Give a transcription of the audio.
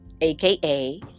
aka